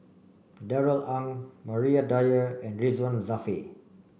Darrell Ang Maria Dyer and Ridzwan Dzafir